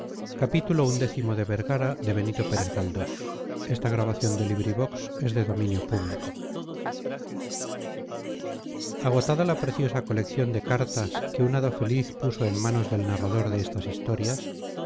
agotada la preciosa colección de cartas que un hado feliz puso en manos del narrador de estas historias